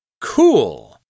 Cool